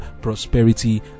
prosperity